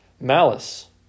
malice